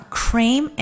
cream